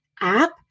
app